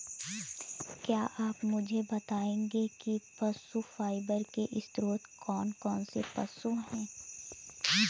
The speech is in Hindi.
क्या आप मुझे बताएंगे कि पशु फाइबर के स्रोत कौन कौन से पशु हैं?